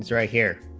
three here